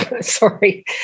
sorry